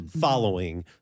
following